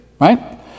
right